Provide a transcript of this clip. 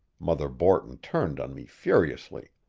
mother borton turned on me furiously.